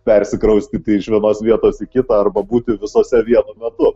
persikraustyti iš vienos vietos į kitą arba būti visose vienu metu